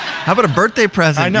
how about a birthday present?